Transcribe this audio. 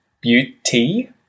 beauty